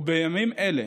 ובימים אלה